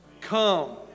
come